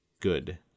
good